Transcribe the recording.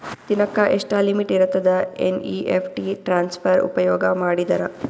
ದಿನಕ್ಕ ಎಷ್ಟ ಲಿಮಿಟ್ ಇರತದ ಎನ್.ಇ.ಎಫ್.ಟಿ ಟ್ರಾನ್ಸಫರ್ ಉಪಯೋಗ ಮಾಡಿದರ?